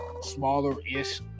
smaller-ish